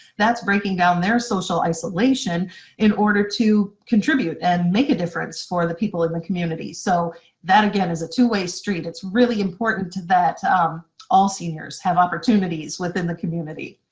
that's breaking down their social isolation in order to contribute and make a difference for the people in the community. so that, again, is a two-way street. it's really important that um all seniors have opportunities within the community.